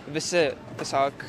visi tiesiog